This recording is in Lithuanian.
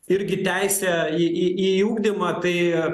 irgi teisę į į į ugdymą tai